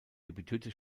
debütierte